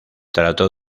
trató